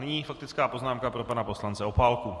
Nyní faktická poznámka pro pana poslance Opálku.